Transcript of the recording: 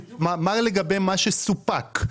מה לגבי מה שסופק?